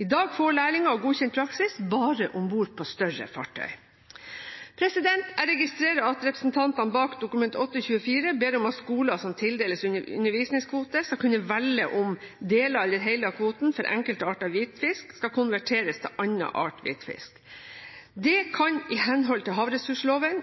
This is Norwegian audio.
I dag får lærlinger godkjent praksis bare om bord på større fartøy. Jeg registrerer at representantene bak Dokument 8:24 S for 2013–2014 ber om at skoler som tildeles undervisningskvoter, skal kunne velge om « deler eller hele kvoten for enkelte arter hvitfisk skal konverteres til annen art hvitfisk». Det kan i henhold til havressursloven